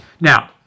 Now